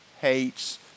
hates